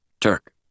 Turk